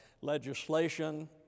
legislation